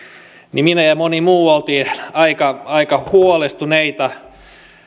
niin minä ja moni muu olimme aika huolestuneita